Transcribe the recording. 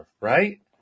right